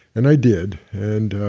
and i did. and